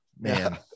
man